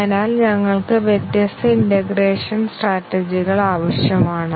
അതിനാൽ ഞങ്ങൾക്ക് വ്യത്യസ്ത ഇന്റേഗ്രേഷൻ സ്റ്രാറ്റജികൾ ആവശ്യമാണ്